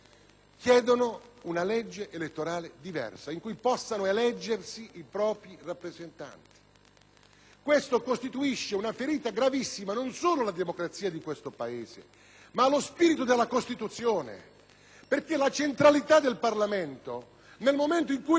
si determina una ferita gravissima, non solo alla democrazia del nostro Paese, ma allo spirito della Costituzione, perché la centralità del Parlamento, nel momento in cui lo stesso è nominato da tre o quattro personaggi, sia pure autorevoli, cessa di essere tale.